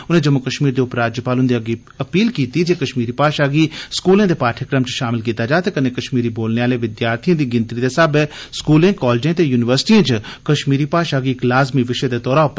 उनें जम्मू कश्मीर दे उप राज्यपाल हन्दे अग्गे अपील कीती ऐ जे कश्मीरी भाषा गी स्कूलें दे पाठयक्रम च शामल कीता जा ते कन्नै कश्मीरी बोलने आलें विद्यार्थियें दी गिनत्री दे साब्बै स्कूलें कालजें ते य्निवर्सिटियें च कश्मीरी भाषा गी इक लाजमी विषय दे रुपै च शामल कीता जाग